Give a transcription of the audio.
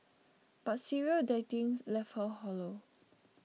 but serial dating left her hollow